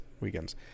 weekends